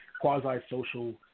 quasi-social